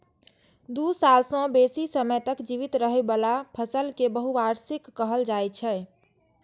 दू साल सं बेसी समय तक जीवित रहै बला फसल कें बहुवार्षिक कहल जाइ छै